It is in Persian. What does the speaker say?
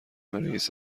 رییس